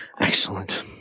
Excellent